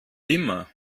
immer